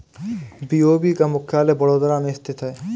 BOB का मुख्यालय बड़ोदरा में स्थित है